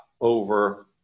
over